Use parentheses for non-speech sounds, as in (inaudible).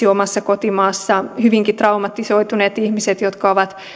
(unintelligible) omassa kotimaassaan olleet ihmiset hyvinkin traumatisoituneet ihmiset jotka ovat